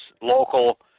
local